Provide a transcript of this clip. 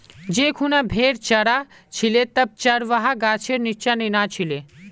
जै खूना भेड़ च र छिले तब चरवाहा गाछेर नीच्चा नीना छिले